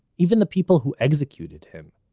even the people who executed him.